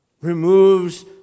removes